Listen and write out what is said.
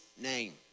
name